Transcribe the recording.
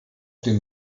dem